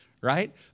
Right